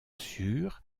sur